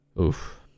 Oof